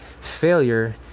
failure